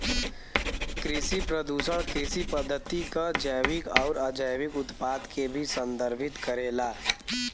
कृषि प्रदूषण कृषि पद्धति क जैविक आउर अजैविक उत्पाद के भी संदर्भित करेला